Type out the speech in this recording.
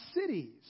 cities